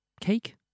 cake